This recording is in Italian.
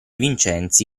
vincenzi